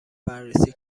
بررسی